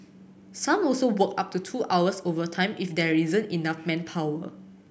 some also work up to two hours overtime if there isn't enough manpower